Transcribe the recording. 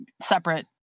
separate